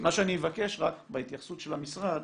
מה שאני אבקש בהתייחסות של המשרד,